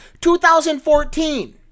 2014